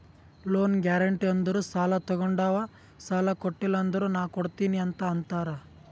loan guarantee ಅಂದುರ್ ಸಾಲಾ ತೊಗೊಂಡಾವ್ ಸಾಲಾ ಕೊಟಿಲ್ಲ ಅಂದುರ್ ನಾ ಕೊಡ್ತೀನಿ ಅಂತ್ ಅಂತಾರ್